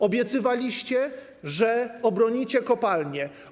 Obiecywaliście, że obronicie kopalnie.